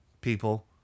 people